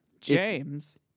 James